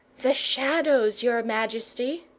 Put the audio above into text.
the shadows, your majesty,